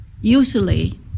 usually